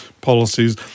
policies